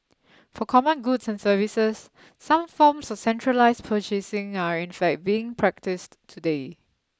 for common goods and services some forms of centralised purchasing are in fact being practised today